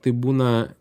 tai būna